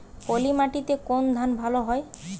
পলিমাটিতে কোন ধান ভালো হয়?